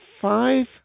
five